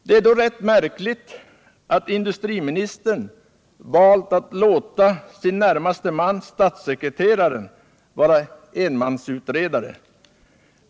Det är då rätt märkligt att industriministern valt att låta sin närmaste man, statssekreteraren, vara enmansutredare.